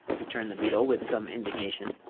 returned the beetle, with some indignation,